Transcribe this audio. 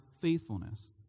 faithfulness